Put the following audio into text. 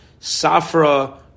Safra